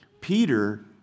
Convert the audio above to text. Peter